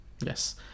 Yes